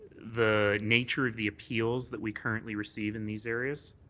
the nature of the appeal that we currently receive in these areas.